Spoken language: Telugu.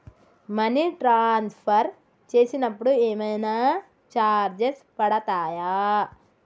మనీ ట్రాన్స్ఫర్ చేసినప్పుడు ఏమైనా చార్జెస్ పడతయా?